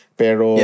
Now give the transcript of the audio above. pero